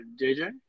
JJ